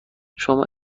شما